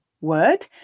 word